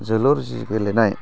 जोलुर जे गेलेनाय